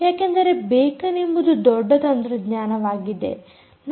ಯಾಕೆಂದರೆ ಬೇಕನ್ ಎಂಬುದು ದೊಡ್ಡ ತಂತ್ರಜ್ಞಾನವಾಗಿದೆ